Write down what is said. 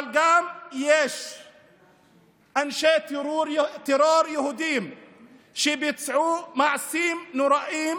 אבל יש גם אנשי טרור יהודים שביצעו מעשים נוראים,